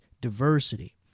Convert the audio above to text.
diversity